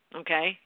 okay